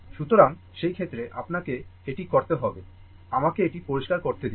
সুতরাংসেই ক্ষেত্রে আপনাকে এটি করতে হবে আমাকে এটি পরিষ্কার করতে দিন